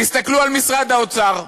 תסתכלו על משרד האוצר,